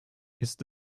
ist